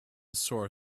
sore